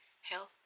health